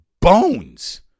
bones